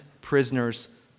prisoners